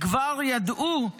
כבר ידעו גם